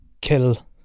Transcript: kill